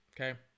okay